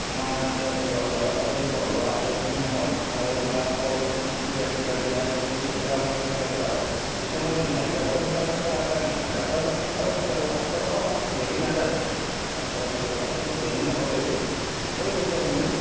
আমাৰ ল'ৰা ছোৱালী পঢ়োৱা এইখিনি হয় আৰু বা ক'ৰবাত কিস্তি দিয়া কিবা দিয়া সেইখিনি পইচা অলপ সেইফালৰ পৰা হয় যিহেতু মই দিন হাজিৰা কৰোঁ সেইটো আমি চলাৰ কৰণে হয় তাৰ পৰা অলপ বাৰু ছয় পাঁচশ টকা ডেইলি নাযায় পাঁচশ বা ছয়শ টকা কিন্তু ডেইলি নগ'লেও সেই পইচাখিনি